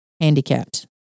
handicapped